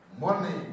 money